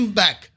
back।